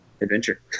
adventure